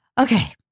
Okay